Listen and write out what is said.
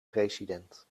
president